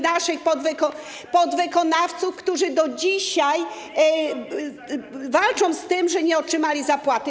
naszych podwykonawców, którzy do dzisiaj walczą z tym, że nie otrzymali zapłaty.